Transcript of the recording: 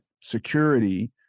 security